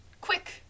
quick